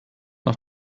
noch